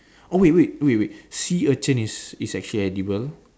oh wait wait wait wait sea urchin is is actually edible